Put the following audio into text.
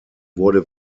wurde